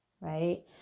right